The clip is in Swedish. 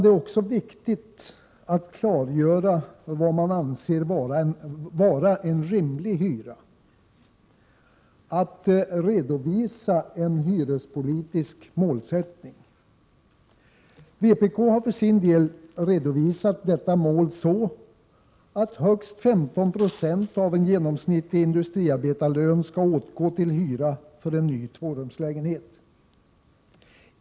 Det är också viktigt att klargöra vad man anser vara en rimlig hyra, att redovisa en hyrespolitisk målsättning. Vpk har för sin del uttalat målsättningen att högst 15 96 av en genomsnittlig industriarbetarlön skall åtgå till hyra för en ny tvårumslägenhet.